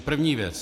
První věc.